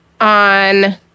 on